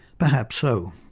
perhaps so.